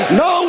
no